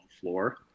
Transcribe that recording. floor